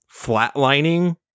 flatlining